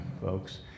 folks